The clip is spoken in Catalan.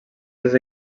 dels